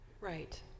Right